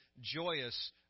joyous